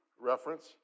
reference